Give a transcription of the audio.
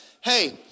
hey